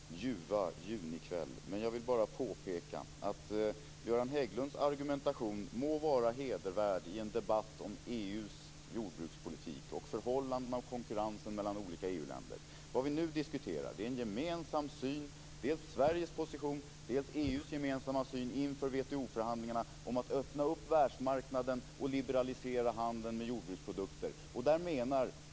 Fru talman! Jag skall inte förlänga debatten alltför mycket denna ljuva junikväll, men jag vill påpeka att Göran Hägglunds argumentation må vara hedervärd i en debatt om EU:s jordbrukspolitik och förhållandena när det gäller konkurrensen mellan olika EU-länder. Nu diskuterar vi dels Sveriges position, dels EU:s gemensamma syn inför WTO-förhandlingarna om att öppna världsmarknaden och liberalisera handeln med jordbruksprodukter.